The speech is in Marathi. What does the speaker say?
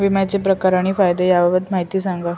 विम्याचे प्रकार आणि फायदे याबाबत माहिती सांगा